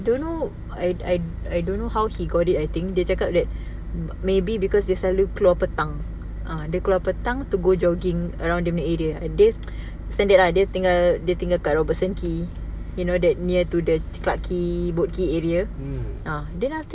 mm